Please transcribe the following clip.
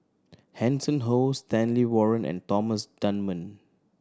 Hanson Ho Stanley Warren and Thomas Dunman